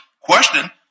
question